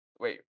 wait